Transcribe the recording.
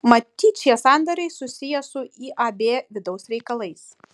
matyt šie sandoriai susiję su iab vidaus reikalais